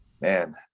Man